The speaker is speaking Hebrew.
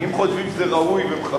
כל דבר לא רטרואקטיבית.